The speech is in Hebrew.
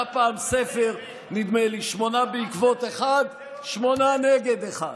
נדמה לי שהיה פעם ספר "שמונה בעקבות אחד" שמונה נגד אחד.